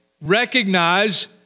recognize